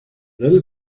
little